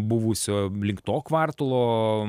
buvusio link to kvartalo